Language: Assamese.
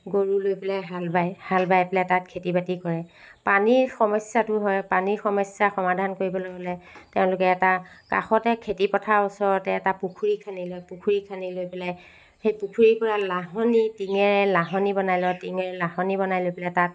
গৰু লৈ পেলাই হাল বায় হাল বাই পেলাই তাত খেতি বাতি কৰে পানীৰ সমস্যাটো হয় পানীৰ সমস্যা সমাধান কৰিবলৈ হ'লে তেওঁলোকে এটা কাষতে খেতি পথাৰৰ ওচৰতে এটা পুখুৰী খানি লয় পুখুৰী খানি লৈ পেলাই সেই পুখুৰীৰ পৰা লাহনি টিঙেৰে লাহনী বনাই লয় টিঙেৰে লাহনি বনাই লৈ পেলাই তাত